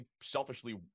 selfishly